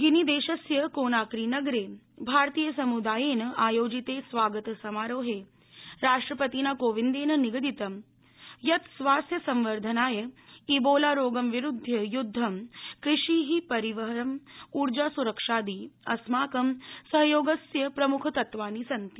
गिनीद्रास्थ्य कोनाक्रीनगर भारतीयसमुदाय आयोजित स्वागतसमारोह राष्ट्रपतिना कोविन्द निगदितं यत् स्वास्थसंवर्धनाय इबोला रोगं विरुध्य युद्धं कृषि परिवहनं उर्जास्रक्षादि अस्माकं सहयोगस्य प्रम्खतत्वानि सन्ति